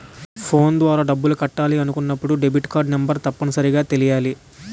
phone ద్వారా డబ్బులు కట్టాలి అనుకున్నప్పుడు డెబిట్కార్డ్ నెంబర్ తప్పనిసరిగా తెలియాలి